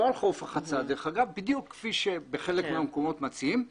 לא על חוף רחצה בדיוק כפי שבחלק מהמקומות מציעים,